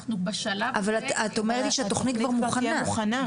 אבל את אומרת לי שהתוכנית כבר מוכנה.